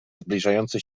zbliżający